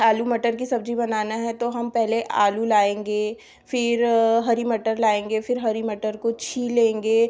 आलू मटर की सब्ज़ी बनाना है तो हम पहले आलू लाएंगे फिर हरी मटर लाएंगे फिर हरी मटर को छीलेंगे